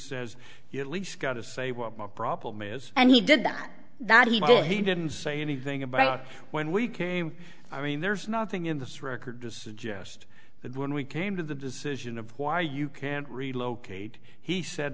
says he at least got to say what my problem is and he did that even though he didn't say anything about when we came i mean there's nothing in this record to suggest that when we came to the decision of why you can't relocate he said